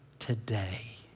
today